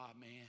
man